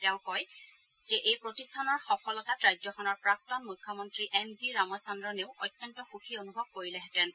তেওঁ কয় যে এই প্ৰতিষ্ঠানৰ সফলতাত ৰাজ্যখনৰ প্ৰাক্তন মুখ্যমন্তী এম জি ৰামচদ্ৰনেও অত্যন্ত সুখী অনুভৱ কৰিলেহেঁতেন